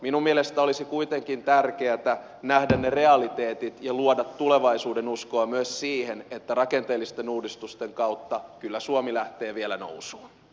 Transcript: minun mielestäni olisi kuitenkin tärkeätä nähdä ne realiteetit ja luoda tulevaisuudenuskoa myös siihen että rakenteellisten uudistusten kautta kyllä suomi lähtee vielä nousuun